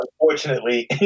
Unfortunately